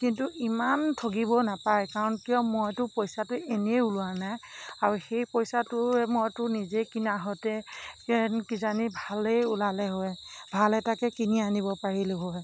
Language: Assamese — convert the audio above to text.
কিন্তু ইমান ঠগিব নাপায় কাৰণ কিয় মইটো পইচাটো এনেই ওলোৱা নাই আৰু সেই পইচাটোৰ মইটো নিজেই কিনা হতে যেন কিজানি ভালেই ওলালে হয় ভাল এটাকে কিনি আনিব পাৰিলো হয়